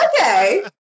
okay